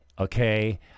Okay